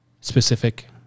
specific